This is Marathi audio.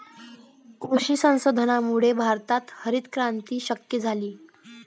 कृषी संशोधनामुळेच भारतात हरितक्रांती शक्य झाली